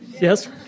Yes